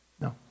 No